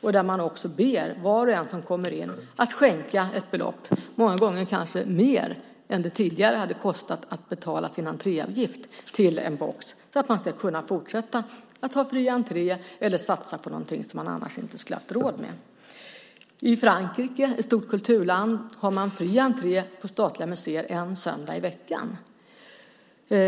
Där ber man var och en som går på museum att skänka ett belopp, många gånger mer än vad det tidigare kostade i entréavgift, så att man kan fortsätta att ha fri entré eller satsa på något man inte skulle ha haft råd med. I Frankrike - ett stort kulturland - har man fri entré på statliga museer varje vecka på söndagar.